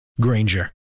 Granger